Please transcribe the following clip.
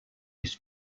his